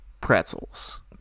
pretzels